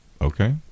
Okay